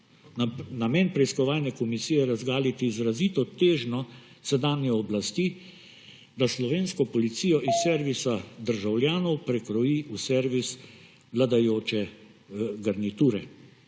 Namen preiskovalne komisije je razgaliti izrazito težnjo sedanje oblasti, da slovensko policijo iz servisa državljanov prekroji v servis vladajoče garniture.